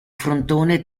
frontone